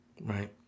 right